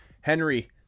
Henry